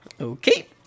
Okay